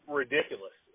ridiculous